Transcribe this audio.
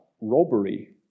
Robbery